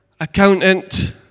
accountant